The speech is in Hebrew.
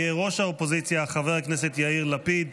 יהיה ראש האופוזיציה חבר הכנסת יאיר לפיד.